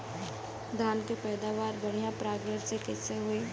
धान की पैदावार बढ़िया परागण से कईसे होई?